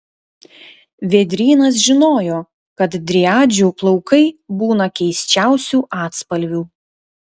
vėdrynas žinojo kad driadžių plaukai būna keisčiausių atspalvių